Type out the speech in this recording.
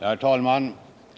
Herr talman!